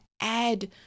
add